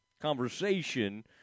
conversation –